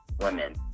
women